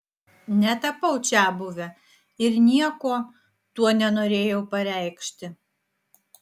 netapau čiabuve ir nieko tuo nenorėjau pareikšti